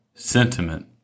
Sentiment